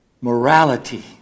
morality